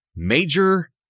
Major